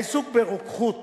העיסוק ברוקחות